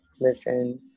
listen